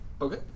Okay